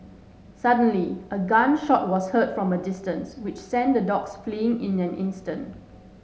suddenly a gun shot was heard from a distance which sent the dogs fleeing in an instant